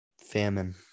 famine